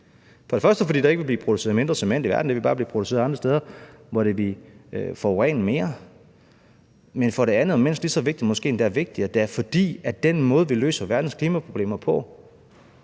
For det første er det, fordi der ikke ville blive produceret mindre cement i verden. Det ville bare blive produceret andre steder, hvor det ville forurene mere. Men for det andet, og mindst lige så vigtigt, måske endda vigtigere, er det, fordi den måde, vi løser verdens klimaproblemer på,